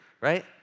right